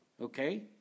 okay